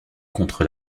contre